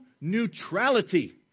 neutrality